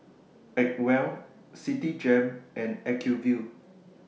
Acwell Citigem and Acuvue